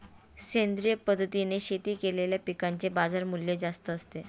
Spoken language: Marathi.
सेंद्रिय पद्धतीने शेती केलेल्या पिकांचे बाजारमूल्य जास्त असते